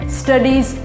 studies